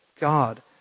God